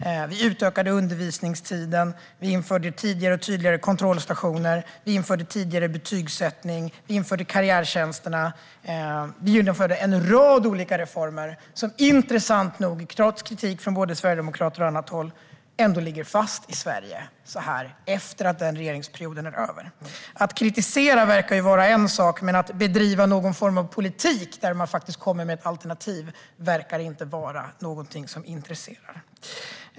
Vi utökade undervisningstiden. Vi införde tidigare och tydligare kontrollstationer. Vi införde tidigare betygssättning. Vi införde karriärtjänster. Vi genomförde en rad olika reformer som intressant nog, trots kritik från både sverigedemokrater och annat håll, ändå ligger fast i Sverige efter att den regeringsperioden är över. Att kritisera är en sak, men att bedriva någon form av politik där man faktiskt för fram alternativ verkar inte vara något som intresserar.